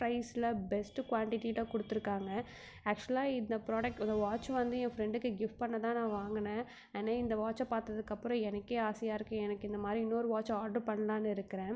ப்ரைஸில் பெஸ்ட்டு குவான்டிட்டியில் கொடுத்துருக்காங்க ஆக்சுவலாக இந்த ப்ராடக்ட் இந்த வாட்ச் வந்து என் ஃப்ரெண்டுக்கு கிஃப்ட் பண்ண தான் நான் வாங்கினேன் ஆனால் இந்த வாட்ச்சை பார்த்துக்கப்புறம் எனக்கே ஆசையாக இருக்குது எனக்கு இந்த மாதிரி இன்னோரு வாட்ச் ஆட்ரு பண்ணலான்னு இருக்கிறேன்